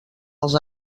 els